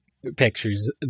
pictures